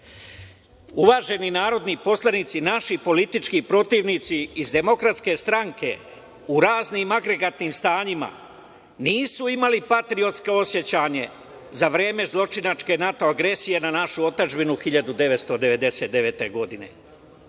Save. Uvaženi narodni poslanici, naši politički protivnici iz Demokratske stranke u raznim agregatnim stanjima nisu imali patriotska osećanja za vreme zločinačke NATO agresije na našu otadžbinu 1999. godine. Lider